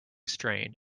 strained